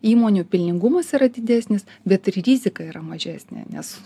įmonių pelningumas yra didesnis bet ir rizika yra mažesnė nes